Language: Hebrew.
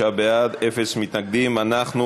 85 בעד, אפס מתנגדים, נמנע אחד.